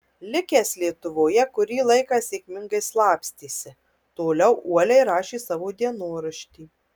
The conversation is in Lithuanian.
likęs lietuvoje kurį laiką sėkmingai slapstėsi toliau uoliai rašė savo dienoraštį